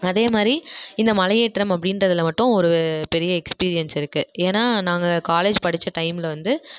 அதே மாதிரி இந்த மலையேற்றம் அப்படின்றதுல மட்டும் ஒரு பெரிய எக்ஸ்பீரியன்ஸ் இருக்கு ஏன்னா நாங்கள் காலேஜ் படிச்ச டைம்மில் வந்து